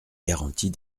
garanties